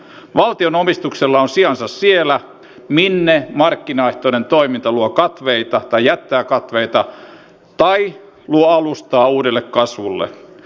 valtion omistuksella on sijansa siellä minne markkinaehtoinen toiminta jättää katveita tai luo alustaa uudelle kasvulle